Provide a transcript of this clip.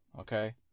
okay